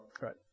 Right